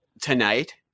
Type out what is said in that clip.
Tonight